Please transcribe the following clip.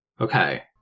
Okay